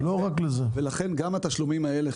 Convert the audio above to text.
לכן גם התשלומים האלה,